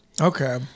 Okay